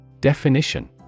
Definition